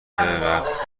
رقص